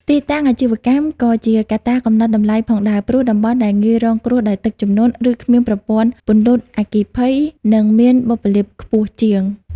ទីតាំងអាជីវកម្ម ក៏ជាកត្តាកំណត់តម្លៃផងដែរ ព្រោះតំបន់ដែលងាយរងគ្រោះដោយទឹកជំនន់ ឬគ្មានប្រព័ន្ធពន្លត់អគ្គិភ័យ នឹងមានបុព្វលាភខ្ពស់ជាង។